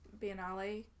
Biennale